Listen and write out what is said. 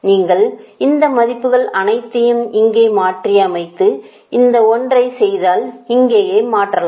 நீங்கள் இந்த மதிப்புகள் அனைத்தையும் இங்கே மாற்றியமைத்து இந்த ஒன்றை செய்தால் இங்கேயே மாற்றலாம்